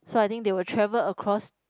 so I think they will travel across